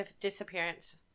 disappearance